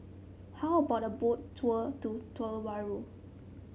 how about a Boat Tour to Tuvalu